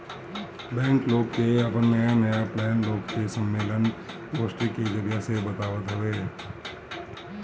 bank लोग के आपन नया नया प्लान लोग के सम्मलेन, गोष्ठी के जरिया से बतावत हवे